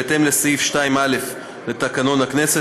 בהתאם לסעיף 2(א) לתקנון הכנסת,